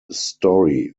story